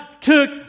took